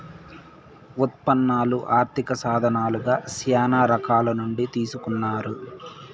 ఉత్పన్నాలు ఆర్థిక సాధనాలుగా శ్యానా రకాల నుండి తీసుకున్నారు